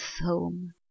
home